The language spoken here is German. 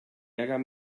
ärger